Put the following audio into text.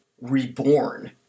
reborn